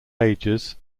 ages